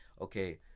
okay